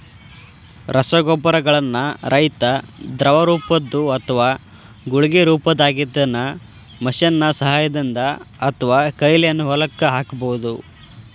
ರಸಗೊಬ್ಬರಗಳನ್ನ ರೈತಾ ದ್ರವರೂಪದ್ದು ಅತ್ವಾ ಗುಳಿಗಿ ರೊಪದಾಗಿದ್ದಿದ್ದನ್ನ ಮಷೇನ್ ನ ಸಹಾಯದಿಂದ ಅತ್ವಾಕೈಲೇನು ಹೊಲಕ್ಕ ಹಾಕ್ಬಹುದು